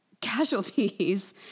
casualties